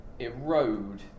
erode